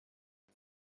det